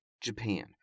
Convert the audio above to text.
Japan